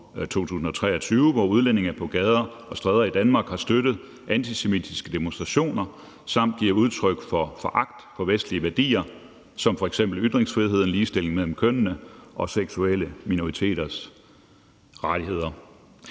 hvor udlændinge på gader og stræder i Danmark har støttet antisemitiske demonstrationer samt givet udtryk for foragt for vestlige værdier som f.eks. ytringsfriheden, ligestilling mellem kønnene og seksuelle minoriteters rettigheder.